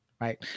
right